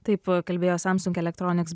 taip kalbėjo samsung electronics